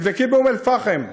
תבדקי באום-אלפחם,